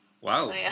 Wow